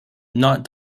not